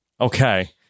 Okay